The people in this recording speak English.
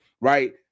right